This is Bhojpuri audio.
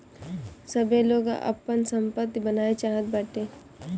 सबै लोग आपन सम्पत्ति बनाए चाहत बाटे